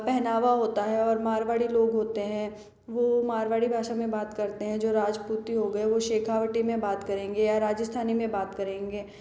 पहनावा होता है और मारवाड़ी लोग होते हैं वो मारवाड़ी भाषा में बात करते हैं जो राजपूती हो गए वो शेखावटी में बात करेंगे या राजस्थानी में बात करेंगे